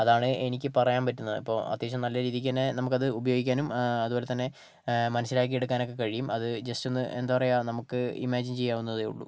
അതാണ് എനിക്ക് പറയാൻ പറ്റുന്നത് ഇപ്പോൾ അത്യാവശ്യം നല്ല രീതിയ്ക്ക് തന്നെ നമുക്കത് ഉപയോഗിക്കാനും അതുപോലെ തന്നെ മനസ്സിലാക്കി എടുക്കാനൊക്കെ കഴിയും അത് ജസ്റ്റ് ഒന്ന് എന്താ പറയുക നമുക്ക് ഇമാജിൻ ചെയ്യാവുന്നതേ ഉള്ളൂ